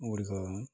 ଗୁଡ଼ିକ